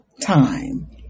time